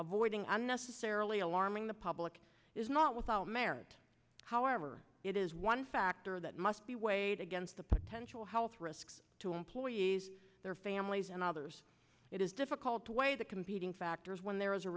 avoiding unnecessarily alarming the public is not without merit however it is one factor that must be weighed against the potential health risks to employees their families and others it is difficult to weigh the competing factors when there is a